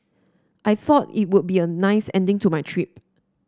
I thought it would be a nice ending to my trip